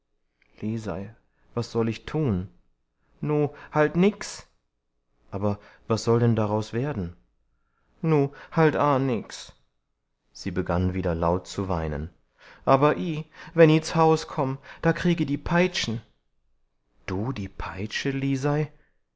lisei was soll ich tun nu halt nix aber was soll denn daraus werden nu halt aa nix sie begann wieder laut zu weinen aber i wenn i z haus komm da krieg i die peitsch'n du die peitsche lisei